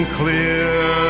clear